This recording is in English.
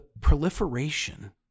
proliferation